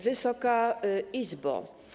Wysoka Izbo!